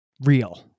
real